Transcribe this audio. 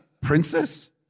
princess